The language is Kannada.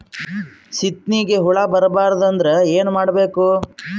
ಸೀತ್ನಿಗೆ ಹುಳ ಬರ್ಬಾರ್ದು ಅಂದ್ರ ಏನ್ ಮಾಡಬೇಕು?